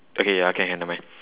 okay ya can can never mind